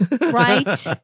Right